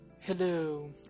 Hello